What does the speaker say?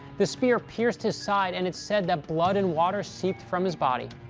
the spear pierced his side, and it's said that blood and water seeped from his body.